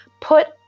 put